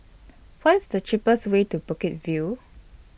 What IS The cheapest Way to Bukit View